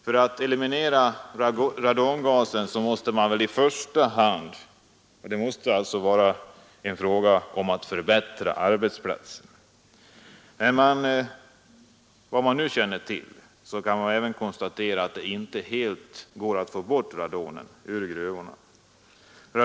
För att förbättra arbetsplatsen måste man i första hand eliminera radongasen. Enligt vad man nu känner till går det inte att helt få bort radongasen från gruvorna.